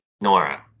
Nora